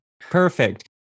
Perfect